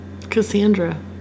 Cassandra